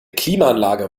klimaanlage